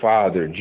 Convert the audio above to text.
Father